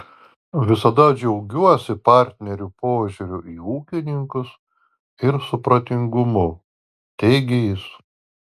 visada džiaugiuosi partnerių požiūriu į ūkininkus ir supratingumu teigė jis